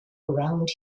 around